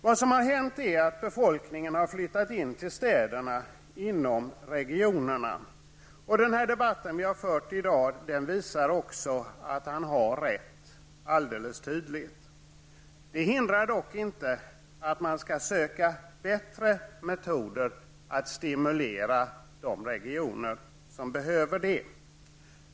Vad som har hänt är att befolkningen har flyttat in till städerna inom regionerna. Den debatt som vi har fört i dag visar också tydligt att han har rätt. Det hindrar dock inte att man skall söka bättre metoder att stimulera de regioner som behöver det.